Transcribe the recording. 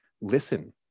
listen